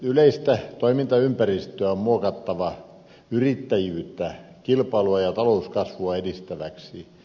yleistä toimintaympäristöä on muokattava yrittäjyyttä kilpailua ja talouskasvua edistäväksi